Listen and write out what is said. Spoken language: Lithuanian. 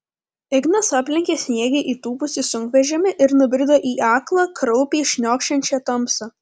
ignas aplenkė sniege įtūpusį sunkvežimį ir nubrido į aklą kraupiai šniokščiančią tamsą